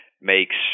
makes